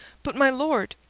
but, my lord.